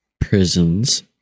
prisons